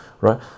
Right